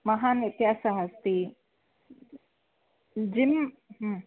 महान् व्यत्यासः अस्ति जिम्